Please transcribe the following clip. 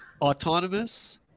Autonomous